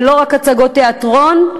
ולא רק הצגות תיאטרון,